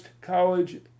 College